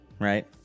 Right